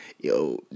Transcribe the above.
yo